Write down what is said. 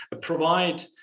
provide